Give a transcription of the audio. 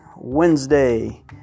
Wednesday